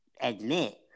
admit